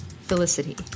felicity